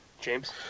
James